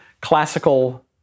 classical